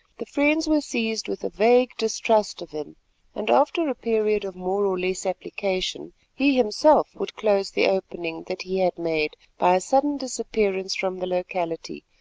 the friends were seized with a vague distrust of him and, after a period of more or less application, he himself would close the opening that he had made by a sudden disappearance from the locality,